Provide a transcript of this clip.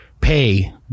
pay